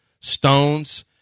stones